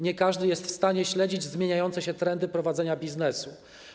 Nie każdy jest w stanie śledzić zmieniające się trendy prowadzenia biznesu.